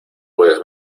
puedes